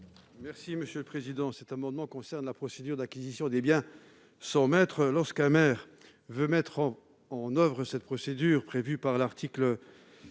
M. Jean-Marie Mizzon. Cet amendement concerne la procédure d'acquisition des biens sans maître. Lorsqu'un maire veut mettre en oeuvre cette procédure, qui est prévue par l'article L.